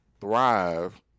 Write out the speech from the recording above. thrive